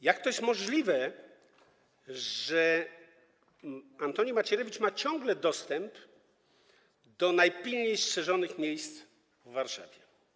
Jak to jest możliwe, że Antoni Macierewicz ma ciągle dostęp do najpilniej strzeżonych miejsc w Warszawie?